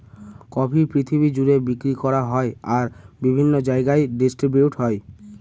coffee পৃথিবী জুড়ে বিক্রি করা হয় আর বিভিন্ন জায়গায় ডিস্ট্রিবিউট হয়